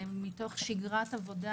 מתוך שגרת עבודה.